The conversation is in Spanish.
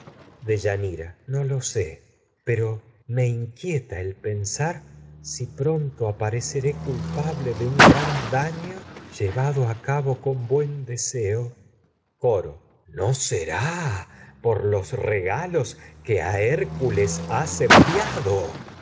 qué pasa no lo deyanira sé pero hija de eneo inquieta el pensar si gran deyanira me pronto cabo apareceré buen culpable de un daño llevado a con deseo coro no será por los regalos que a hércules has enviado